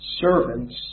servants